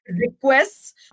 requests